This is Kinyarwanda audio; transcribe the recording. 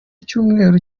icyumweru